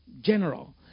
general